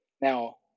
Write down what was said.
Now